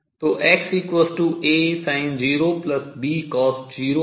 तो XAsin0Bcos0 है